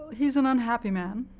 he's an unhappy man.